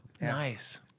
Nice